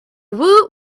woot